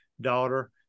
daughter